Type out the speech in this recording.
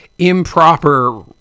improper